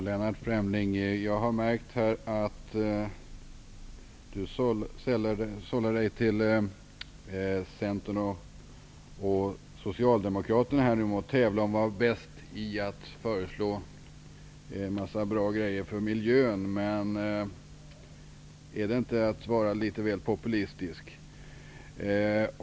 Herr talman! Jag har märkt att Lennart Fremling sällar sig till Centern och Socialdemokraterna när det gäller att tävla om att vara bäst i att föreslå en mängd bra saker för miljön. Men är det inte att vara litet väl populistisk?